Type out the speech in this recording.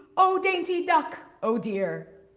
o dainty duck! o dear!